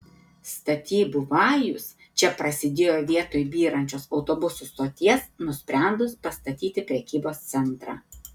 statybų vajus čia prasidėjo vietoj byrančios autobusų stoties nusprendus pastatyti prekybos centrą